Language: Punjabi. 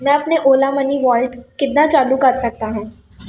ਮੈਂ ਆਪਣੇ ਓਲਾ ਮਨੀ ਵਾਲਿਟ ਕਿੱਦਾਂ ਚਾਲੂ ਕਰ ਸਕਦਾ ਹਾਂ